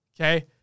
Okay